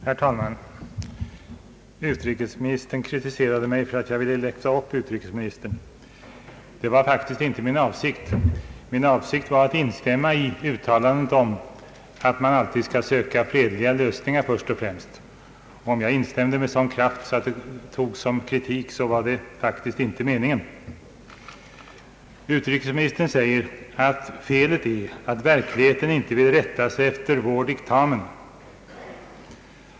Herr talman! Utrikesministern kritiserade mig för att jag ville läxa upp honom. Det var faktiskt inte min avsikt att göra det. Min avsikt var att instämma i uttalandet att man alltid skall söka fredliga lösningar först och främst. Om jag instämde med stor kraft, var det faktiskt inte meningen att just det skulle tas som kritik. Utrikesministern säger att felet är att verkligheten inte vill rätta sig efter vår diktamen.